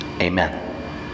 Amen